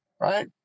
right